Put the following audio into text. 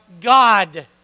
God